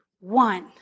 one